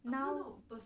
now